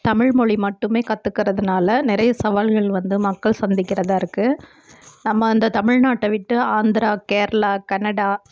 தமிழ்மொழி மட்டுமே கற்றுக்கறதுனால நிறைய சவால்கள் வந்து மக்கள் சந்திக்கிறதாக இருக்குது நம்ம இந்த தமிழ்நாட்டை விட்டு ஆந்திரா கேரளா கன்னடா